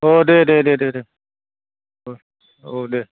औ दे दे दे दे औ दे